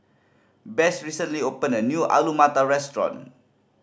Besse recently opened a new Alu Matar Restaurant